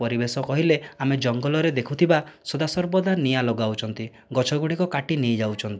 ପରିବେଶ କହିଲେ ଆମେ ଜଙ୍ଗଲରେ ଦେଖୁଥିବା ସଦାସର୍ବଦା ନିଆଁ ଲଗାଉଛନ୍ତି ଗଛ ଗୁଡ଼ିକ କାଟି ନେଇ ଯାଉଛନ୍ତି